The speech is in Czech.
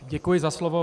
Děkuji za slovo.